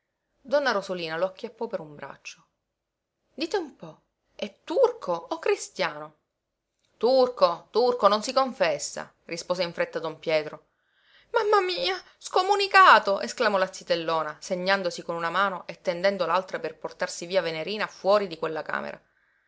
donna rosolina lo acchiappò per un braccio dite un po è turco o cristiano turco turco non si confessa rispose in fretta don pietro mamma mia scomunicato esclamò la zitellona segnandosi con una mano e tendendo l'altra per portarsi via venerina fuori di quella camera